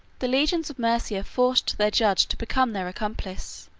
the legions of maesia forced their judge to become their accomplice.